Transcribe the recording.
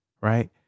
right